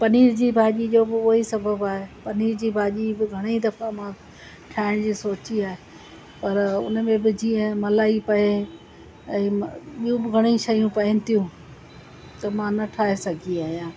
पनीर जी भाॼी जो बि उहो ई सबबु आहे पनीर जी भाॼी बि घणेई दफ़ा मां ठाहिण जी सोची आहे पर हुन में बि जीअं मलाई पिए ऐं ॿियूं बि घणेई शयूं पएनि थियूं त मां न ठाहे सघी आहियां